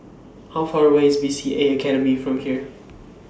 How Far away IS B C A Academy from here